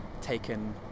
taken